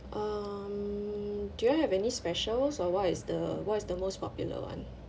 um do you have any specials or what is the what is the most popular [one]